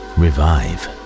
revive